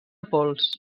pols